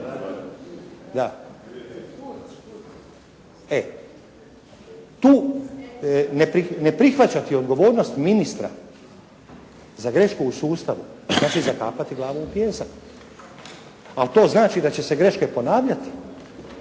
Tu ne prihvaćati odgovornost ministra za grešku u sustavu, znači zakapati glavu u pijesak, ali to znači da će se greške ponavljati.